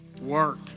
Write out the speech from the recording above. work